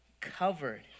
covered